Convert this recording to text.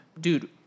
Dude